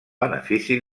benefici